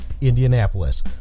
Indianapolis